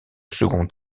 second